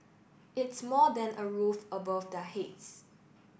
it's more than a roof above their heads